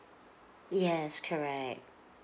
yes correct